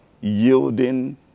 yielding